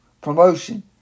promotion